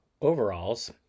overalls